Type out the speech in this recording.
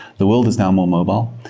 the world is now more mobile.